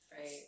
Right